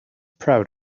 proud